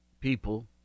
people